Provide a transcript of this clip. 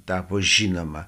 tapo žinoma